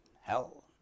hell